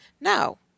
No